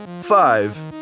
five